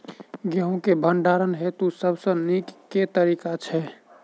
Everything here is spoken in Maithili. गेंहूँ केँ भण्डारण हेतु सबसँ नीक केँ तरीका छै?